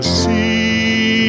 see